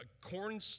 Corn